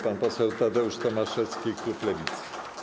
Pan poseł Tadeusz Tomaszewski, klub Lewicy.